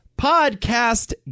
Podcast